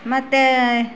ಮತ್ತು